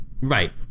Right